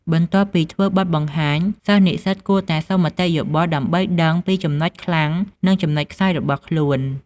បន្ទាប់ពីធ្វើបទបង្ហាញ សិស្សនិស្សិតគួរតែសុំមតិយោបល់ដើម្បីដឹងពីចំណុចខ្លាំង និងចំណុចខ្សោយរបស់ខ្លួន។